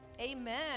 Amen